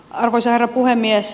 arvoisa herra puhemies